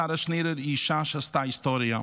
שרה שנירר היא אישה שעשתה היסטוריה.